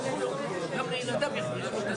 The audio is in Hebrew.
אנחנו כבר יודעים שהדברים לא משתנים.